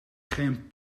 geen